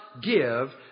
give